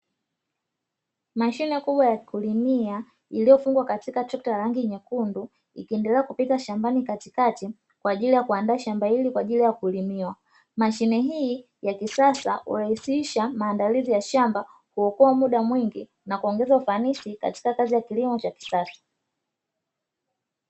Mashine Kubwa ya kulimia iliyofungwa katika trekta rangi nyekundu ikiendelea kupiga shambani katikati kwa ajili ya kuandaa shamba hili kwa ajili ya kulimiwa mashine hii ya kisasa urahisisha maandalizi ya shamba kuokoa muda mwingi na kuongeza ufanisi katika kazi ya kilimo cha kisasa